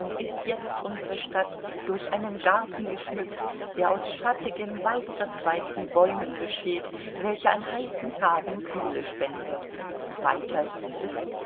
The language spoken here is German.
ist jetzt unsere stadt durch einen garten geschmückt der aus schattigen weitverzweigten bäumen besteht welche an heißen tagen kühle spenden weiter hieß es